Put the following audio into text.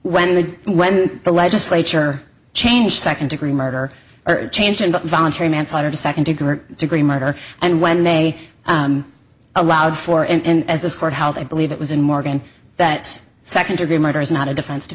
when the when the legislature change second degree murder or change into voluntary manslaughter to second degree or degree murder and when they allowed for and as this court how they believe it was in morgan that second degree murder is not a defense to